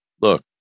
look